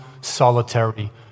solitary